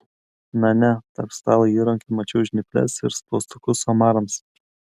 na ne tarp stalo įrankių mačiau žnyples ir spaustukus omarams